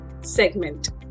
segment